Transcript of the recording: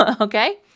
Okay